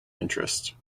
interest